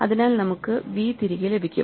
അതിനാൽ നമുക്ക് v തിരികെ ലഭിക്കും